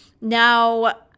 Now